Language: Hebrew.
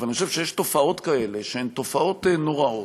אבל אני חושב שיש תופעות כאלה שהן תופעות נוראות.